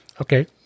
Okay